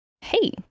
hey